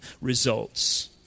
results